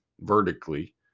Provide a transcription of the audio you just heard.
vertically